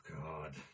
God